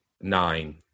nine